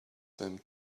them